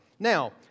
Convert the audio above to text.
Now